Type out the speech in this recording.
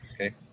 Okay